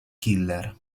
killer